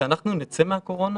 כשאנחנו נצא מהקורונה